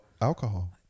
alcohol